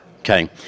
Okay